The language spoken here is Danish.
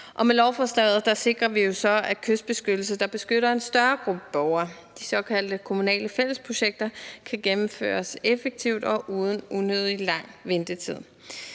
Og med lovforslaget sikrer vi så, at kystbeskyttelse, der beskytter en større gruppe borgere, de såkaldte kommunale fællesprojekter, kan gennemføres effektivt og uden unødig lang ventetid.